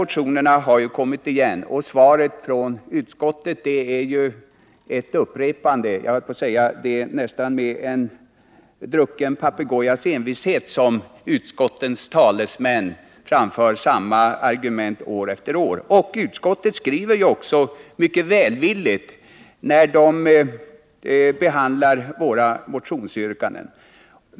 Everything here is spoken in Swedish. Motionerna har kommit igen, och svaret från utskottet är ett upprepande. Jag skulle nästan vilja säga att det är med en drucken papegojas envishet som utskottets talesmän framför samma argument år efter år, och utskottet skriver mycket välvilligt vid behandlingen av våra motionsyrkanden.